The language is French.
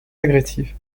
agressive